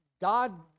God